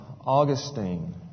Augustine